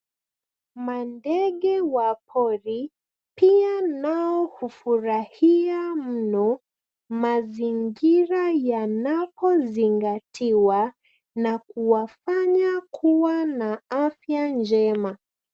Mandege wa pori pia nao hufurahia mno mazingira yanapozingatiwa na kuwafanya kuwa na afya njema.